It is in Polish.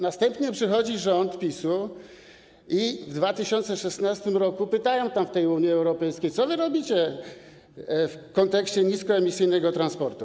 Następnie przychodzi rząd PiS-u i w 2016 r. pytają tam, w tej Unii Europejskiej: Co wy robicie w kontekście niskoemisyjnego transportu?